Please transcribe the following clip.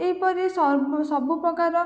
ଏହିପରି ସବୁ ପ୍ରକାର